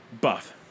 Buff